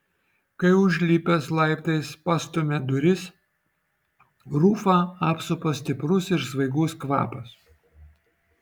kai užlipęs laiptais pastumia duris rufą apsupa stiprus ir svaigus kvapas